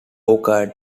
occurred